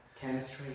Chemistry